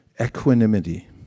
equanimity